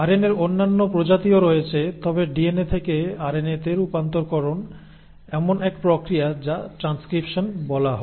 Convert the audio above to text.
আরএনএর অন্যান্য প্রজাতিও রয়েছে তবে ডিএনএ থেকে আরএনএতে রূপান্তরকরণ এমন এক প্রক্রিয়া যাকে ট্রানস্ক্রিপশন বলা হয়